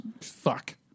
Fuck